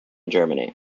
germany